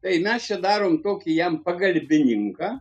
tai mes čia darom kokį jam pagalbininką